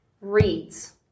reads